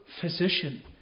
physician